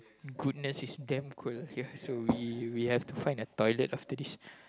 goodness is damn cold here so so we have to find a toilet after this